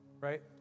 right